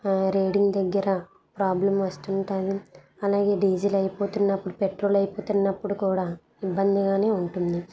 reading దగ్గర problem వస్తుంటుంది అలాగే డీజిల్ అయిపోతున్నప్పుడు పెట్రోల్ అయిపోతున్నప్పుడు కూడా ఇబ్బందిగానే ఉంటుంది